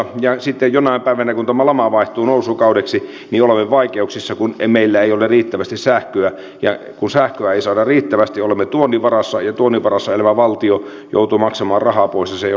ja sitten jonain päivänä kun tämä lama vaihtuu nousukaudeksi olemme vaikeuksissa kun meillä ei ole riittävästi sähköä ja kun sähköä ei saada riittävästi olemme tuonnin varassa ja tuonnin varassa elävä valtio joutuu maksamaan rahaa pois ja se ei ole koskaan hyvä asia